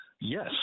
yes